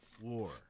War